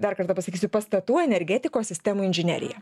dar kartą pasakysiu pastatų energetikos sistemų inžinerija